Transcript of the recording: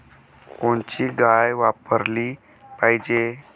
कोनची गाय वापराली पाहिजे?